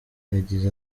yagize